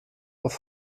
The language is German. auf